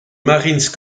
marines